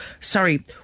sorry